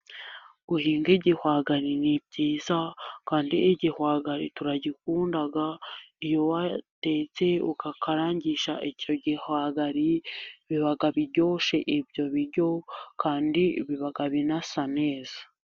Guhinga igihwagari ni byiza kandi igihwagari turagikunda, iyo watetse ndetse ugakarangisha icyo gihwagari biba biryoshe ibyo biryo kandi biba binasa neza.